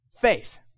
faith